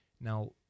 Now